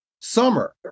summer